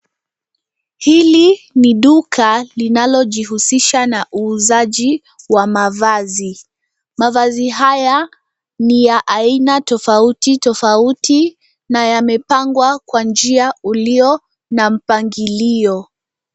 Hili ni duka linalojihusisha na uuzaji wa mavazi. Mavazi haya ni ya aina tofauti tofauti na yamepangwa kwa njia ulio na mpangilio.